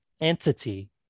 entity